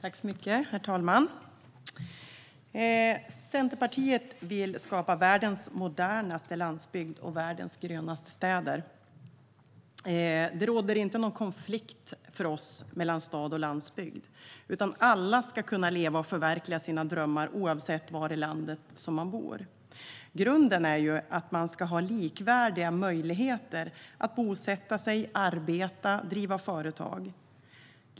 Herr talman! Centerpartiet vill skapa världens modernaste landsbygd och världens grönaste städer. För oss råder det inte någon konflikt mellan stad och landsbygd. Alla ska kunna leva och förverkliga sina drömmar, oavsett var i landet man bor. Grunden är att man ska ha likvärdiga möjligheter att bosätta sig, arbeta och driva företag.